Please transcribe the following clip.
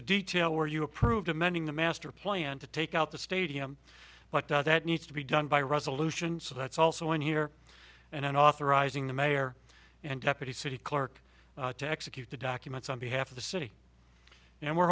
a detail where you approved amending the master plan to take out the stadium but that needs to be done by resolution so that's also in here and in authorizing the mayor and deputy city clerk to execute the documents on behalf of the city and we're